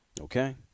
Okay